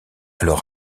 alors